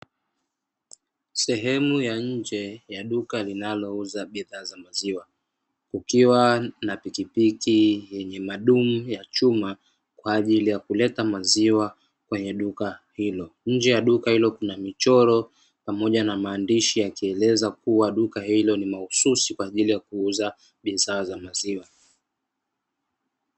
Sehemu ya nje ya duka linalouza bidhaa za maziwa, kukiwa na pikipiki yenye madumu ya chuma kwaajili ya kuleta maziwa kwenye duka hilo. Nje ya duka hilo kuna michoro pamoja na maandishi yakieleza yakuwa duka hilo ni mahususi kwa ajili ya kuuza bidhaa za maziwa.